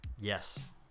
Yes